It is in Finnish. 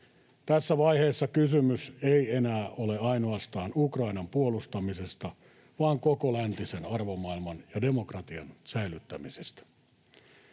Tässä vaiheessa kysymys ei enää ole ainoastaan Ukrainan puolustamisesta vaan koko läntisen arvomaailman ja demokratian säilyttämisestä.